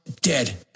dead